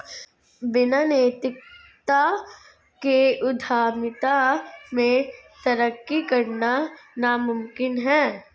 बिना नैतिकता के उद्यमिता में तरक्की करना नामुमकिन है